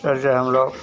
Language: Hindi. जैसे हम लोग